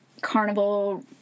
carnival